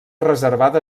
reservada